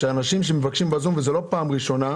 שאנשים שמבקשים בזום וזה לא פעם ראשונה,